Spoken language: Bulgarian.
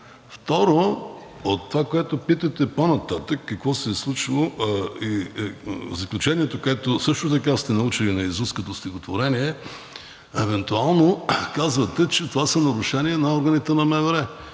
Второ, от това, което питате, по-нататък какво се е случило, заключението, което също така сте научили наизуст, като стихотворение, евентуално казвате, че това са нарушения на органите на МВР.